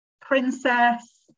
princess